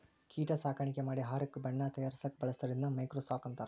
ಕೇಟಾ ಸಾಕಾಣಿಕೆ ಮಾಡಿ ಆಹಾರಕ್ಕ ಬಣ್ಣಾ ತಯಾರಸಾಕ ಬಳಸ್ತಾರ ಇದನ್ನ ಮೈಕ್ರೋ ಸ್ಟಾಕ್ ಅಂತಾರ